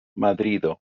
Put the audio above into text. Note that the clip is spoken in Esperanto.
madrido